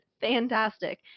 fantastic